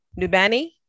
Nubani